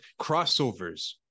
crossovers